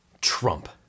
Trump